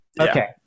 okay